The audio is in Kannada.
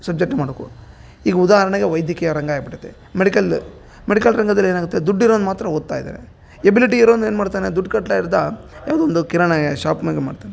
ಸಬ್ಜೆಕ್ಟ್ ಮಾಡ್ಕೊ ಈಗ ಉದಾಹರಣೆಗೆ ವೈದ್ಯಕೀಯ ರಂಗ ಆಗ್ಬಿಟೈತೆ ಮೆಡಿಕಲ್ ಮೆಡಿಕಲ್ ರಂಗದಲ್ಲಿ ಏನಾಗತ್ತೆ ದುಡ್ಡಿರೋರ್ನ ಮಾತ್ರ ಓದ್ತಾಯಿದಾರೆ ಎಬಿಲಿಟಿ ಇರೋನ್ ಏನು ಮಾಡ್ತಾನೆ ದುಡ್ಡು ಕಟ್ಲ ಇರ್ದ ಯಾವುದೋ ಒಂದು ಕಿರಾಣಿ ಶಾಪ್ನಾಗ ಮಾಡ್ತಾನೆ